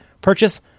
purchase